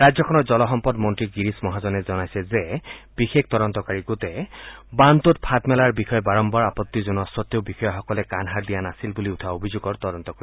ৰাজ্যখনৰ জলসম্পদ মন্ত্ৰী গিৰীশ মহাজনে জনাইছে যে বিশেষ তদন্তকাৰী গোটে বান্ধটোত ফাট মেলাৰ বিষয়ে বাৰম্বাৰ আপত্তি জনোৱা সত্তেও বিষয়াসকলে কাণসাৰ দিয়া নাছিল বুলি উঠা অভিযোগৰ তদন্ত কৰিব